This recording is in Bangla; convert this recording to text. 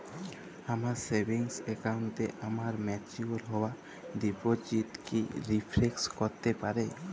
আমার সেভিংস অ্যাকাউন্টে আমার ম্যাচিওর হওয়া ডিপোজিট কি রিফ্লেক্ট করতে পারে?